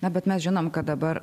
na bet mes žinom kad dabar